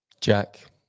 Jack